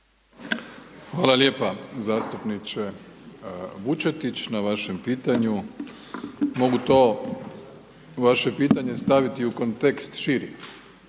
Hvala lijepa zastupniče Vučetić na vašem pitanju. Mogu to vaše pitanje staviti u kontekst širi.